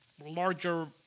larger